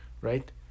right